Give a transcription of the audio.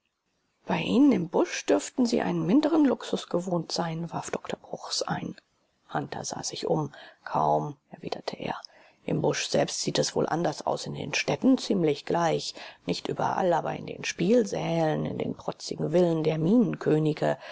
bei ihnen im busch dürften sie einen minderen luxus gewohnt sein warf dr bruchs ein hunter sah sich um kaum erwiderte er im busch selbst sieht es wohl anders aus in den städten ziemlich gleich nicht überall aber in den spielsälen in den protzigen villen der